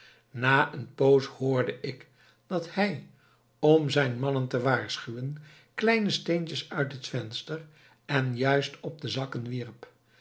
na een poos hoorde ik dat hij om zijn mannen te waarschuwen kleine steentjes uit het venster en juist op de zakken wierp